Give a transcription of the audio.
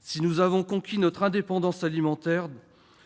Si nous avons conquis notre indépendance alimentaire,